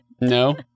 No